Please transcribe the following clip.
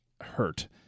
hurt